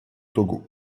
togo